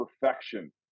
perfection